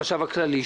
החשב הכללי,